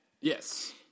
Yes